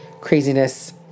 craziness